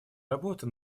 работа